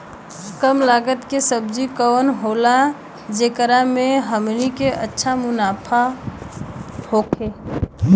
कम लागत के सब्जी कवन होला जेकरा में हमनी के अच्छा मुनाफा होखे?